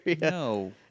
No